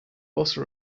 also